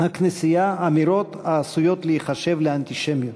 הכנסייה אמירות העשויות להיחשב לאנטישמיות.